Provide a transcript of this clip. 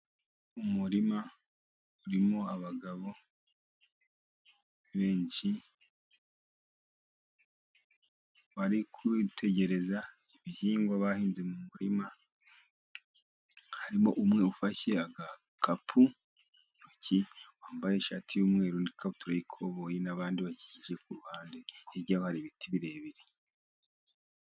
Umurima urimo abagabo benshi bari kwitegereza ibihingwa bahinze mu murima, harimo umwe ufashe agakapu mu ntoki, wambaye ishati y'umweru n'ikabutura y'ikoboyi, n'abandi bakikije ku ruhande hirya hari ibiti birebire.